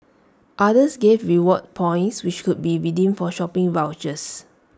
others gave reward points which could be redeemed for shopping vouchers